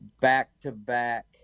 back-to-back